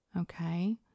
Okay